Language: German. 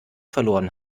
verloren